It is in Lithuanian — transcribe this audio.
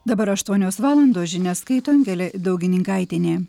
dabar aštuonios valandos žinias skaito angelė daugininkaitienė